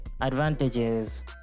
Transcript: advantages